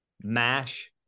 MASH